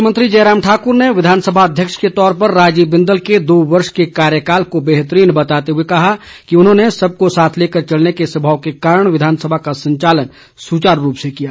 मुख्यमंत्री जयराम ठाकुर ने विधानसभा अध्यक्ष के तौर पर राजीव बिंदल के दो वर्ष के कार्यकाल को बेहतरीन बताते हुए कहा कि सबको साथ लेकर चलने के स्वभाव के कारण विधानसभा का संचालन सुचारू रूप से हुआ